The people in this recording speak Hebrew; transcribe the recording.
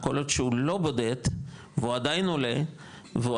כל עוד שהוא לא בודד והוא עדיין עולה והוא